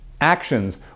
actions